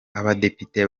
abadepite